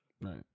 right